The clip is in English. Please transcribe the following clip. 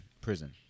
Prison